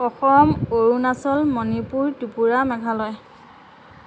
Assam Arunachal Manipur Tripura Meghalaya